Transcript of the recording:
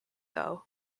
though